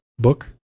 book